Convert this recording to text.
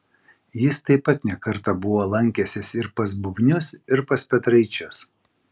jis taip pat ne kartą buvo lankęsis ir pas bubnius ir pas petraičius